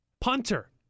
punter